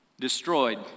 destroyed